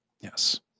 Yes